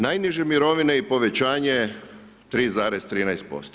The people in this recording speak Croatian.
Najniže mirovine i povećanje 3,13%